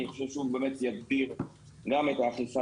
אני חושב שהוא באמת יגביר גם את האכיפה